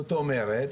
זאת אומרת,